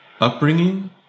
upbringing